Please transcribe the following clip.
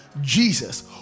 Jesus